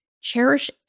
Cherish